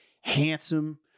handsome